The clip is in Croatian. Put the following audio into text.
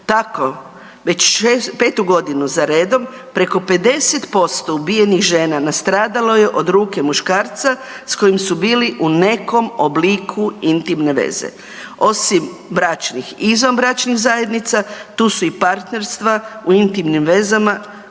Tako već 5-tu godinu za redom preko 50% ubijenih žena nastradalo je od ruke muškarca s kojim su bili u nekom obliku intimne veza. Osim bračnih i izvanbračnih zajednica tu su i partnerstva u intimnim vezama koje se sada unose u zakon.